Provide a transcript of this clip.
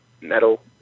metal